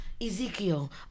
Ezekiel